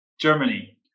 Germany